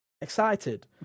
Excited